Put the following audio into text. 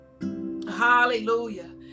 Hallelujah